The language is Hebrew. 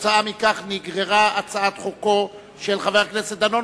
וכתוצאה מכך נגררה הצעת חוקו של חבר הכנסת דנון,